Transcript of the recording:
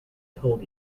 told